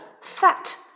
Fat